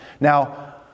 Now